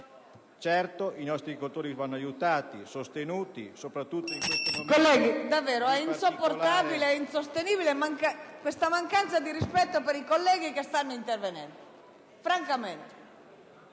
Certo, i nostri agricoltori vanno aiutati, sostenuti, soprattutto in questo momento